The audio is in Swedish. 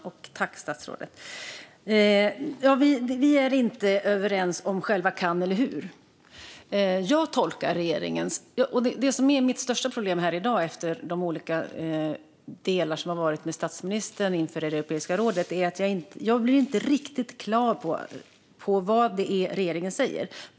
Fru talman! Vi är inte överens om själva "kan" eller "hur". Mitt största problem i dag efter de olika mötena med statsministern inför Europeiska rådets möte är att jag inte blir riktigt klar över vad det är regeringen säger.